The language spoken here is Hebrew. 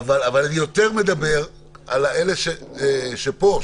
אבל אני יותר מדבר על אלה שהם פה,